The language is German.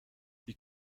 die